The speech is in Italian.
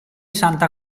santa